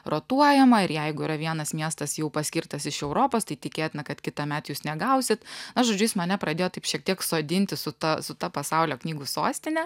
rotuojama ir jeigu yra vienas miestas jau paskirtas iš europos tai tikėtina kad kitąmet jūs negausit na žodžiu jis mane pradėjo taip šiek tiek sodinti su ta su ta pasaulio knygų sostine